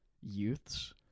youths